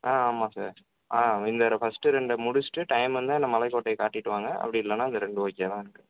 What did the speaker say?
ஆ ஆமாம் சார் ஆ இந்த ஒரு ஃபர்ஸ்ட்டு ரெண்டை முடிச்சுவிட்டு டைம் இருந்தா என்ன மலைக்கோட்டை காட்டிவிட்டு வாங்க அப்படி இல்லைன்னா இந்த ரெண்டு ஓகே தான் எனக்கு